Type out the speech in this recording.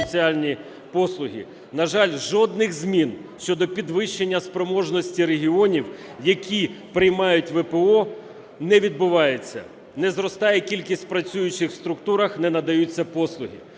На жаль, жодних змін щодо підвищення спроможності регіонів, які приймають ВПО, не відбувається. Не зростає кількість працюючих в структурах, не надаються послуги.